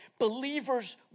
Believers